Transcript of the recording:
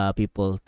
people